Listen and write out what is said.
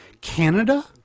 Canada